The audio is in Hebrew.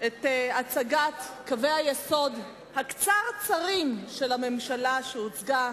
את הצגת קווי היסוד הקצרצרים של הממשלה שהוצגה,